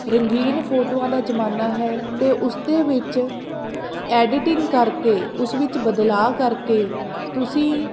ਰੰਗੀਨ ਫੋਟੋਆਂ ਦਾ ਜ਼ਮਾਨਾ ਹੈ ਅਤੇ ਉਸਦੇ ਵਿੱਚ ਐਡੀਟਿੰਗ ਕਰਕੇ ਉਸ ਵਿੱਚ ਬਦਲਾਅ ਕਰਕੇ ਤੁਸੀਂ